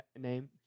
name